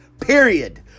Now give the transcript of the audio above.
Period